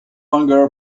longer